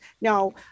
Now